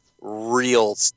real